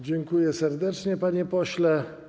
Dziękuję serdecznie, panie pośle.